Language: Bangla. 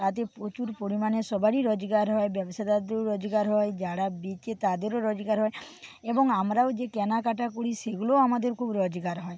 তাদের প্রচুর পরিমাণে সবারই রোজগার হয় ব্যবসাদারদেরও রোজগার হয় যারা বেচে তাদেরও রোজগার হয় এবং আমরাও যে কেনা কাটা করি সেগুলোও আমাদের খুব রোজগার হয়